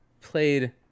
played